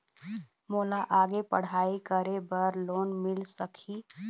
मोला आगे पढ़ई करे बर लोन मिल सकही?